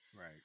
Right